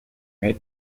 may